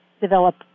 develop